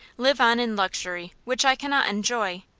live on in luxury which i cannot enjoy,